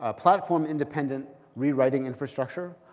ah platform-independent rewriting infrastructure,